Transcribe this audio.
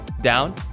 down